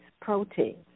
protein